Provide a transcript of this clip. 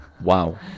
Wow